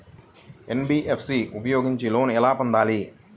NBFC ఉపయోగించి loan ఎలా పొందాలి?